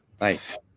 Nice